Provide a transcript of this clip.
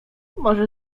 może